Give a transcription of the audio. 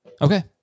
Okay